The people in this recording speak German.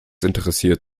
interessiert